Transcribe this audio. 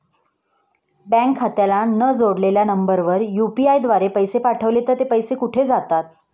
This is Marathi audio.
बँक खात्याला न जोडलेल्या नंबरवर यु.पी.आय द्वारे पैसे पाठवले तर ते पैसे कुठे जातात?